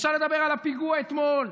אפשר לדבר על הפיגוע אתמול.